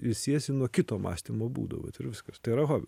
ilsiesi nuo kito mąstymo būdo vat ir viskas tai yra hobi